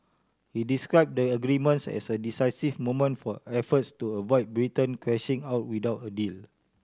he described the agreements as a decisive moment for efforts to avoid Britain crashing out without a deal